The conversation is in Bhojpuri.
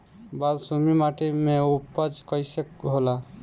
बालसुमी माटी मे उपज कईसन होला?